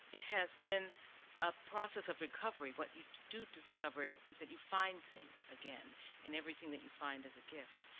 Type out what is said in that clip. it has been a process or recovery. what you do discover is that you find things again and everything that you find is a gift.